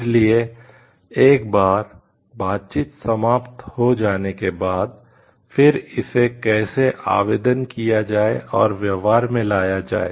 इसलिए एक बार बातचीत समाप्त हो जाने के बाद फिर इसे कैसे आवेदन किया जाये और व्यवहार में लाया जाए